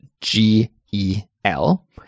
G-E-L